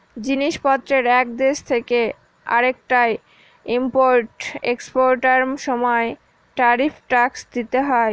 জিনিস পত্রের এক দেশ থেকে আরেকটায় ইম্পোর্ট এক্সপোর্টার সময় ট্যারিফ ট্যাক্স দিতে হয়